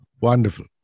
Wonderful